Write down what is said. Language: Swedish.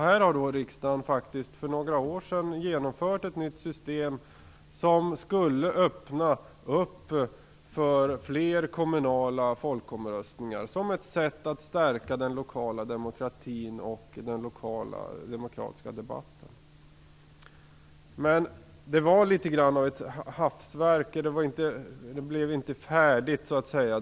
Här har riksdagen för några år sedan genomfört ett nytt system som skulle öppna för fler kommunala folkomröstningar som ett sätt att stärka den lokala demokratin och den lokala demokratiska debatten. Men det var litet grand av ett hafsverk. Reformen blev inte färdig.